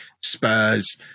Spurs